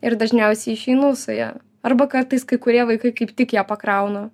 ir dažniausiai išeinu su ja arba kartais kai kurie vaikai kaip tik ją pakrauna